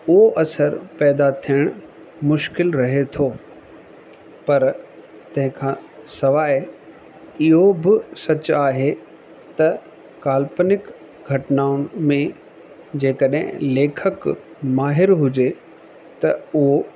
उहो असर पैदा थियण मुश्किल रहे थो पर तंहिंखां सिवाइ इहो बि सच आहे त काल्पनिक घटनाउनि में जेकॾहिं लेखक माहिर हुजे त उहो